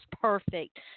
perfect